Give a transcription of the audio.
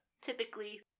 Typically